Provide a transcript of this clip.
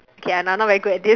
kay I'm I'm not very good at this